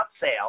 sale